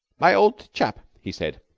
my old chap, he said.